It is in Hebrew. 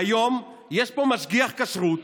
והיום, יש פה משגיח כשרות